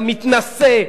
המתנשא,